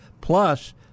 Plus